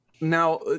Now